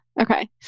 okay